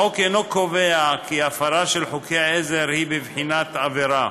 החוק אינו קובע כי הפרת חוקי עזר היא בבחינת עבירה.